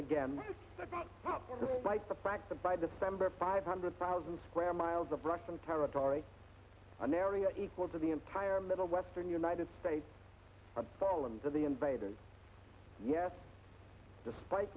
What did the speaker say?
again despite the fact that by december five hundred thousand square miles of russian territory an area equal to the entire middle western united states opponents of the invaders yes despite